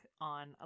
on